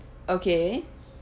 okay